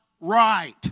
right